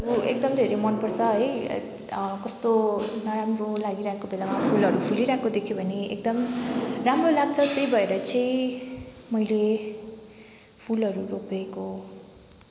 म एकदम धेरै मन पर्छ है कस्तो नराम्रो लागिरहेको बेलामा फुलहरू फुलिरहेको देख्यो भने एकदम राम्रो लाग्छ त्यही भएर चाहिँ मैले फुलहरू रोपेको